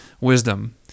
wisdom